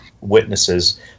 witnesses